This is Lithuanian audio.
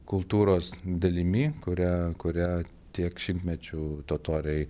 kultūros dalimi kurią kurią tiek šimtmečių totoriai